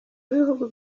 w’ibihugu